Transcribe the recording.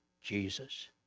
Jesus